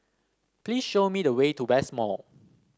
please show me the way to West Mall